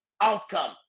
outcome